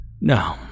No